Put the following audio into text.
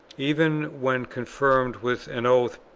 even when confirmed with an oath,